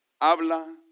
Habla